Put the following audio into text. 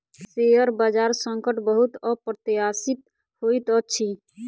share बजार संकट बहुत अप्रत्याशित होइत अछि